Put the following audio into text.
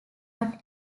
not